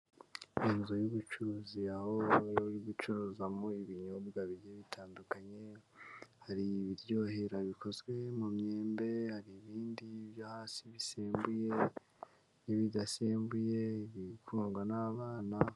Inzu y'ubucuruzi aho iri gucuruzamo ibinyobwa bigiye bitandukanye, hari ibiryohera bikozwe mu myembe, hari ibindi byo hasi bisembuye n'ibidasembuye, ibikundwa n'abana.